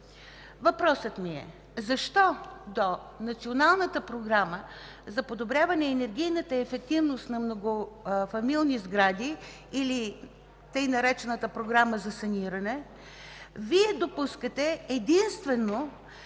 Въпросът ми е: защо до Националната програма за подобряване енергийната ефективност на многофамилни сгради или така наречената „Програма за саниране” Вие допускате единствено